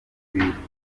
bubivugaho